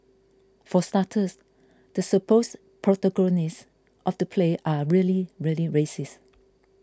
for starters the supposed 'protagonists' of the play are really really racist